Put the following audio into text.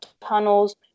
tunnels